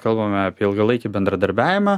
kalbame apie ilgalaikį bendradarbiavimą